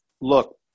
look